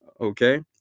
Okay